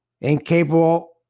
incapable